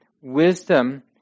wisdom